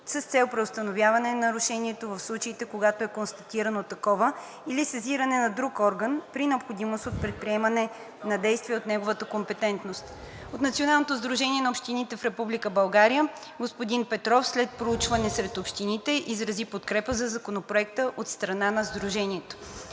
с цел преустановяване на нарушението в случаите, когато е констатирано такова, или сезиране на друг орган при необходимост от предприемане на действия от негова компетентност. От Националното сдружение на общините в Република България господин Пламен Петров след проучване сред общините изрази подкрепа на Законопроекта от страна на сдружението.